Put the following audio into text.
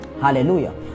hallelujah